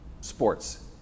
Sports